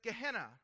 Gehenna